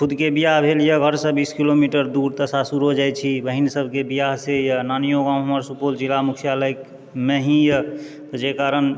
खुदके बिआह भेल यऽ घरसे बीस किलोमीटर दूर तऽ सासुरो जाइत छी बहिन सबकेँ बिआह से यऽ नानियो गाँव हमर सुपौल जिला मुख्यालयमे ही यऽ तऽ जाहि कारण